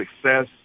success